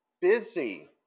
busy